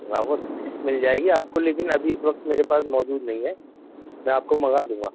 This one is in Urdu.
راوس فِش مِل جائے گی آپکو لیکن ابھی اِس وقت میرے پاس موجود نہیں ہے میں آپ کو منگا دوں گا